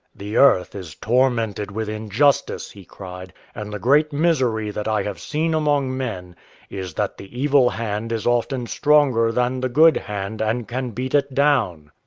the earth is tormented with injustice, he cried, and the great misery that i have seen among men is that the evil hand is often stronger than the good hand and can beat it down.